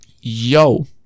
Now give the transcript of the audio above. Yo